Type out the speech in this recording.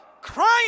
crying